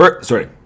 sorry